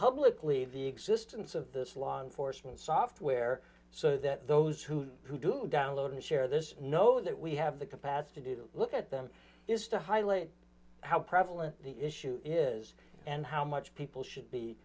publicly the existence of this law enforcement software so that those who download and share this know that we have the capacity to look at them is to highlight how prevalent the issue is and how much people should be